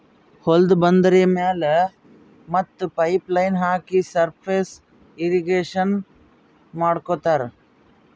ಹೊಲ್ದ ಬಂದರಿ ಮ್ಯಾಲ್ ಮತ್ತ್ ಪೈಪ್ ಲೈನ್ ಹಾಕ್ಸಿ ಸರ್ಫೇಸ್ ಇರ್ರೀಗೇಷನ್ ಮಾಡ್ಕೋತ್ತಾರ್